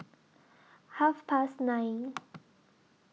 Half Past nine